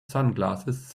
sunglasses